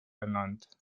ernannt